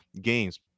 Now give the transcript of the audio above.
games